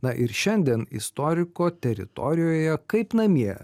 na ir šiandien istoriko teritorijoje kaip namie